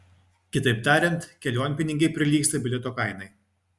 kitaip tariant kelionpinigiai prilygsta bilieto kainai